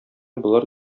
болар